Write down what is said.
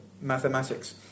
mathematics